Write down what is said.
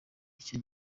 icyo